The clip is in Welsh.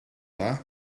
dda